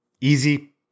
easy